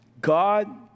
God